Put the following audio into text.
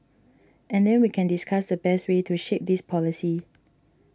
and then we can discuss the best way to shape this policy